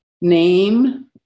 name